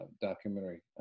documentary